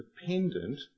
dependent